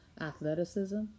athleticism